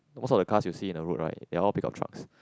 most of the cars you see in the road right they're all pickup trucks